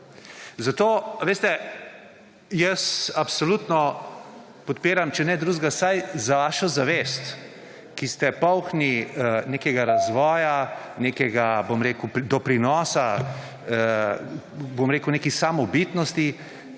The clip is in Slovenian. Zato jaz absolutno podpiram, če ne drugega, vsaj za vašo zavest, ki ste polni nekega razvoja, nekega, bom rekel, doprinosa neki samobitnosti,